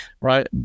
right